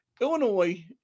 Illinois